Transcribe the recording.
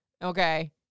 Okay